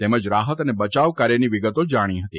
તેમજ રાહત અને બયાવ કાર્યની વિગતો જાણી હતી